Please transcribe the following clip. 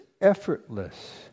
effortless